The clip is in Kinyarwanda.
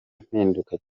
mpinduka